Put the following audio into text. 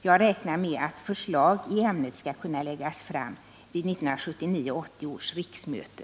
Jag räknar med att förslag i ämnet skall kunna läggas fram vid 1979/80 års riksmöte.